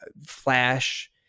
Flash